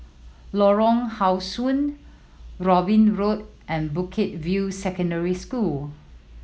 Lorong How Sun Robin Road and Bukit View Secondary School